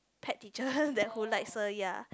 pet teacher that who likes her ya